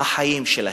החיים שלהם.